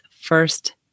first